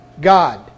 God